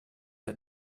der